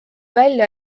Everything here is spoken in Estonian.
välja